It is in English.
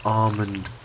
almond